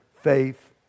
faith